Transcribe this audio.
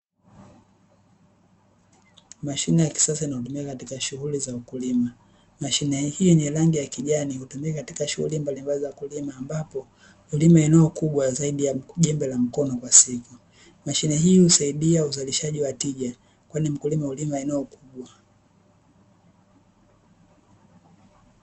Mashine ya kisasa inayotumika katika shughuli za mkulima, mashine hii yenye rangi ya kijani hutumika katika shughuli mbalimbali za mkulima ambapo ulima eneo kubwa zaidi ya jembe la mkono kwa siku. mashine hii husaidia uzalishaji wa tija kwani mkulima hulima eneo kubwa.